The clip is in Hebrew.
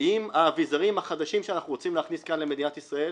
עם האביזרים החדשים שאנחנו רוצים להכניס למדינת ישראל